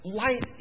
light